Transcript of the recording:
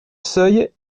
seuil